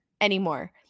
anymore